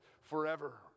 forever